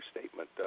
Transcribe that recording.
statement